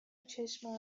چشم